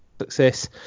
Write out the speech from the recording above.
success